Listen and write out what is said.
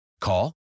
Call